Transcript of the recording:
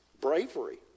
bravery